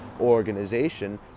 organization